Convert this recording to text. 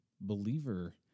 believer